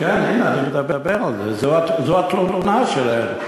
אני מדבר על זה, זו התלונה שלהם.